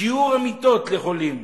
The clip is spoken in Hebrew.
שיעור המיטות לחולים